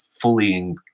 fully